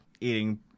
eating